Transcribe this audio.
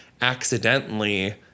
accidentally